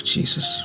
Jesus